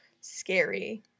scary